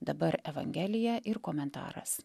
dabar evangelija ir komentaras